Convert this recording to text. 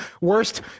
Worst